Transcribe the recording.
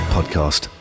Podcast